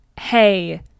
Hey